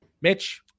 Mitch